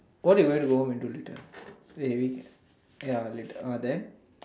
what are you going to home to do later very ya later uh then